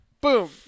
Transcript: boom